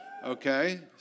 Okay